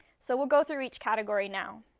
so we'll go through each category now.